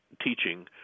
teaching